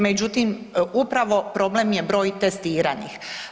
Međutim, upravo problem je broj testiranih.